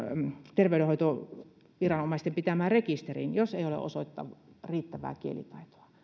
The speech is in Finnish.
terveydenhoitoviranomaisten pitämään rekisteriin jos ei ole osoittaa riittävää kielitaitoa